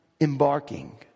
embarking